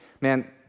Man